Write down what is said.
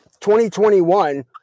2021